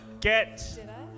Get